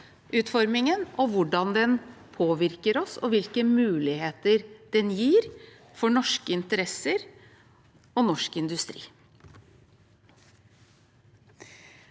regelverksutformingen, hvordan den påvirker oss, og hvilke muligheter den gir for norske interesser og norsk industri.